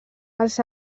els